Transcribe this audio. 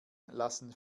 lassen